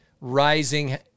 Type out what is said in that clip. rising